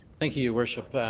thank you, your worship.